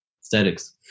Aesthetics